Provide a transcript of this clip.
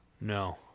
No